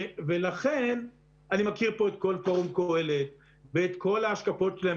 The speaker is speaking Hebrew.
אני מכיר פה את כל פורום קהלת ואת כל ההשקפות שלהם